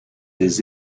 des